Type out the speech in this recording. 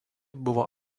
buvo